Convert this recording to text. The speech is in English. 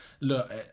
look